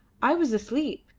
i was asleep.